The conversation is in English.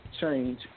change